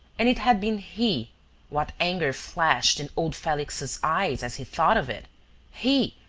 and it had been he what anger flashed in old felix's eyes as he thought of it he,